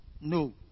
No